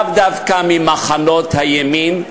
לאו דווקא ממחנות הימין,